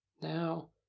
Now